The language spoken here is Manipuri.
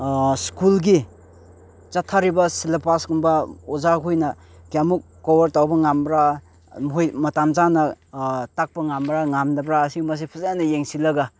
ꯁ꯭ꯀꯨꯜꯒꯤ ꯆꯠꯊꯔꯤꯕ ꯁꯦꯂꯦꯕꯁꯀꯨꯝꯕ ꯑꯣꯖꯥꯈꯣꯏꯅ ꯀꯌꯥꯃꯨꯛ ꯀꯣꯚꯔ ꯇꯧꯕ ꯉꯝꯕ꯭ꯔ ꯃꯈꯣꯏ ꯃꯇꯝ ꯆꯥꯅ ꯇꯥꯛꯄ ꯉꯝꯕ꯭ꯔ ꯉꯝꯗꯕ꯭ꯔ ꯑꯁꯤꯒꯨꯝꯕꯁꯦ ꯐꯖꯅ ꯌꯦꯡꯁꯤꯜꯂꯒ